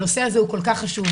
הנושא הזה הוא כל כך חשוב.